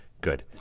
good